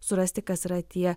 surasti kas yra tie